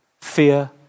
fear